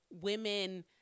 women